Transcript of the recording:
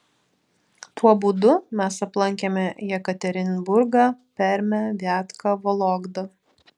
tuo būdu mes aplankėme jekaterinburgą permę viatką vologdą